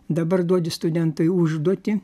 dabar duodi studentui užduotį